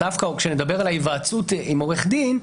דווקא כאשר נדבר על ההיוועצות עם עורך דין,